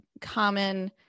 common